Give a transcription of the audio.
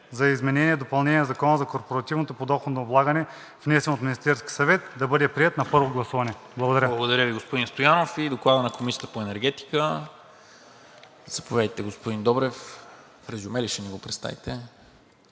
за изменение и допълнение на Закона за корпоративното подоходно облагане, № 48-202-01-26, внесен от Министерския съвет, да бъде приет на първо гласуване.“ Благодаря.